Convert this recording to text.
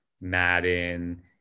Madden